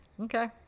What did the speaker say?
Okay